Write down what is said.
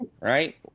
right